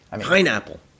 Pineapple